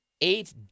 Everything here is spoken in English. Eight